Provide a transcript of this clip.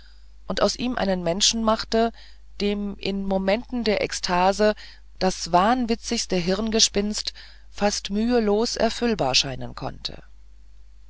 und aus ihm einen menschen machte dem in momenten der ekstase das wahnwitzigste hirngespinst fast mühelos erfüllbar scheinen konnte